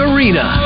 Arena